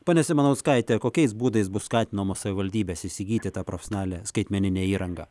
pone simanauskaite kokiais būdais bus skatinamos savivaldybės įsigyti tą profesionaliąją skaitmeninę įrangą